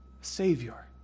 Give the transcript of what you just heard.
Savior